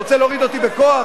אתה רוצה להוריד אותי בכוח?